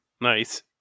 Nice